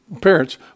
parents